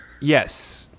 yes